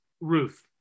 Ruth